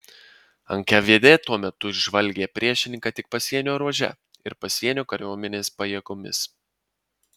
nkvd tuo metu žvalgė priešininką tik pasienio ruože ir pasienio kariuomenės pajėgomis